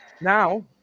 now